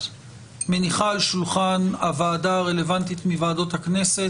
מניחה על שולחן הוועדה הרלוונטית מוועדות הכנסת